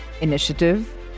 initiative